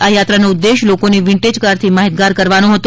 આ યાત્રાનો ઉદ્દેશ્ય લોકોને વિન્ટેજ કારથી માહિતગાર કરવાનો હતો